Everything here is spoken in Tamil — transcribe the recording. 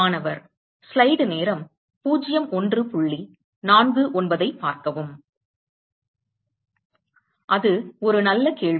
மாணவர் அது ஒரு நல்ல கேள்வி